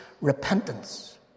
repentance